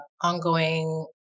ongoing